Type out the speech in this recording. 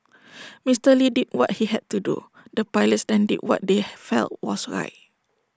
Mister lee did what he had to do the pilots then did what they felt was right